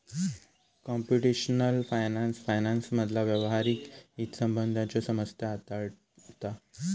computational finance फायनान्समधला व्यावहारिक हितसंबंधांच्यो समस्या हाताळता